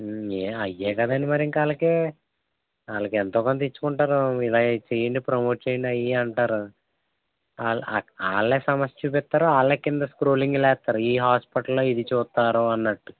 అవే కదండీ మరి ఇంకాళ్ళకి ఆళ్ళకి ఎంతో కొంత ఇచ్చుకుంటారు ఇలా చేయండి ప్రమోట్ చేయండి అయి అంటారు ఆ వాళ్ళే సమస్య చూపిస్తారు వాళ్ళే కింద స్క్రోలింగ్ ఇస్తారు ఈ హాస్పిటల్లో ఇది చూస్తారన్నట్టు